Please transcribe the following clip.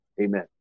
Amen